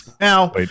Now